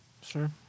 Sure